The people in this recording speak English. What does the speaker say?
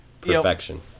perfection